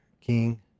King